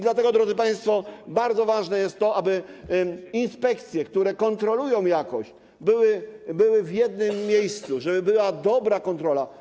Dlatego, drodzy państwo, bardzo ważne jest to, aby inspekcje, które kontrolują jakość, były w jednym miejscu, żeby była dobra kontrola.